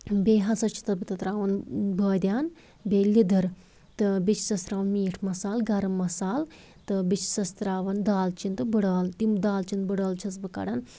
بیٚیہِ ہسا چھِ تَتھ بہٕ تراوان بٲدِیان بیٚیہِ لِدٕر تہٕ بیٚیہِ چھِسَس تراوان میٖٹھ مصالہٕ گرم مصالہٕ تہٕ بیٚیہِ چھِسس تراوان دالہٕ چیٖن تہٕ بٔڑٕ عٲل تِم دالہٕ چیٖن تہٕ بٔڑٕ عٲل چھَس بہٕ کڑان